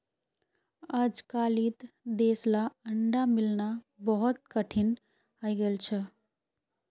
अजकालित देसला अंडा मिलना बहुत कठिन हइ गेल छ